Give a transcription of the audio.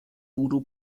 voodoo